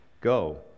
Go